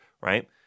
Right